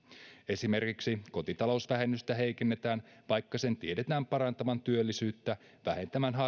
esimerkiksi kotitalousvähennystä heikennetään vaikka sen tiedetään parantavan työllisyyttä